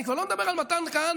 אני כבר לא מדבר על מתן כהנא.